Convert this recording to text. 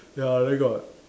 ya then got